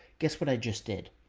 guess what i just did?